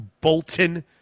Bolton